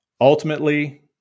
ultimately